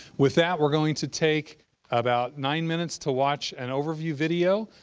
with that, we're going to take about nine minutes to watch an overview video.